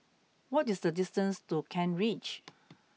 what is the distance to Kent Ridge